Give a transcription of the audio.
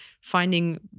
finding